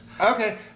Okay